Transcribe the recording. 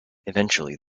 eventually